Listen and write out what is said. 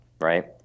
right